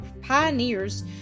pioneers